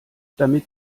damit